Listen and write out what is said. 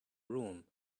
room